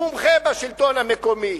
מומחה בשלטון המקומי.